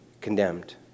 condemned